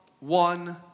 One